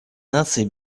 наций